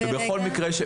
בכל מקרה,